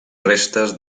restes